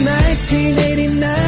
1989